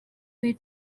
way